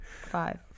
Five